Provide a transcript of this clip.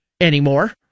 anymore